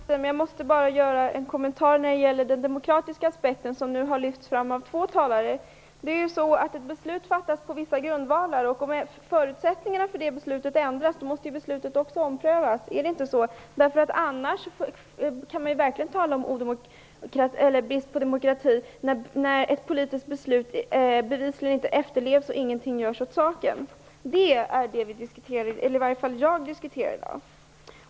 Herr talman! Jag ber om ursäkt för att jag förlänger debatten. Jag måste bara göra en kommentar till den demokratiska aspekten, som har lyfts fram av två talare. Ett beslut fattas på vissa grundvalar, och om förutsättningarna för detta ändras, måste beslutet omprövas, eller hur? Vi kan verkligen tala om brist på demokrati när ett politiskt beslut bevisligen inte efterlevs och ingenting görs åt saken. Det är det som i varje fall jag diskuterar i dag.